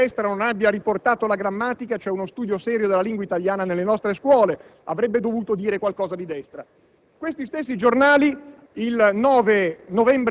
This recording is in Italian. un autorevole giornale abbia dichiarato: peccato che il centro-destra non abbia riportato la grammatica, cioè uno studio serio della lingua italiana nelle nostre scuole; avrebbe dovuto dire qualcosa di destra.